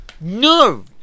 No